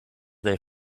they